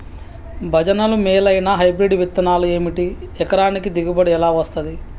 భజనలు మేలైనా హైబ్రిడ్ విత్తనాలు ఏమిటి? ఎకరానికి దిగుబడి ఎలా వస్తది?